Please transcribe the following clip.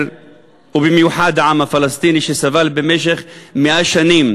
ובמיוחד של העם הפלסטיני שסבל במשך 100 שנים